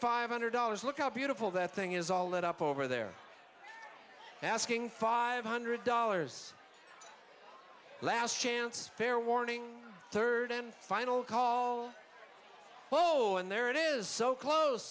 five hundred dollars look how beautiful that thing is all that up over there asking five hundred dollars last chance fair warning third and final call well in there it is so close